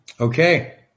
Okay